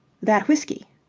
that whisky.